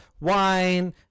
wine